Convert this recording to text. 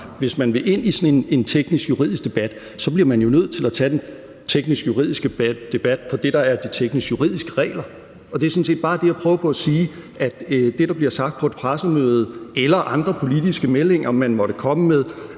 hvis man vil ind i sådan en teknisk-juridisk debat, bliver man jo nødt til at tage den teknisk-juridiske debat på det, der er de teknisk-juridiske regler, og det er sådan set bare det, jeg prøver på at sige: at det, der bliver sagt på et pressemøde, eller andre politiske meldinger, man måtte komme med,